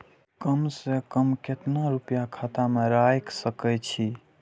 कम से कम केतना रूपया खाता में राइख सके छी?